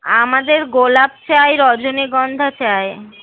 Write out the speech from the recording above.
আমাদের গোলাপ চাই রজনীগন্ধা চাই